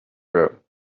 room